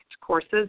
courses